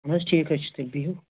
اَہَن حظ ٹھیٖک حظ چھُ تیٚلہِ بِہِو